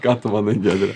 ką tu manai giedre